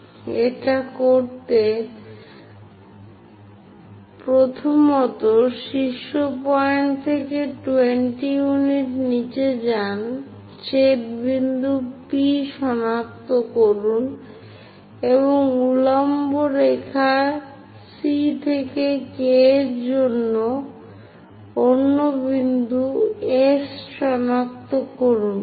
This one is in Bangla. এটা করতে প্রথমত শীর্ষ পয়েন্ট থেকে 20 ইউনিট নিচে যান ছেদ বিন্দু P সনাক্ত করুন এবং উল্লম্ব রেখা C থেকে K অন্য বিন্দু S সনাক্ত করুন